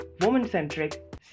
woman-centric